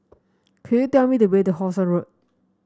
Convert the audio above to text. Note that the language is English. could you tell me the way to How Sun Road